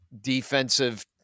defensive